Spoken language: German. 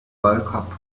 weltcup